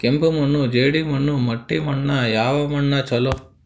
ಕೆಂಪು ಮಣ್ಣು, ಜೇಡಿ ಮಣ್ಣು, ಮಟ್ಟಿ ಮಣ್ಣ ಯಾವ ಮಣ್ಣ ಛಲೋ?